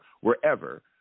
wherever